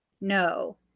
No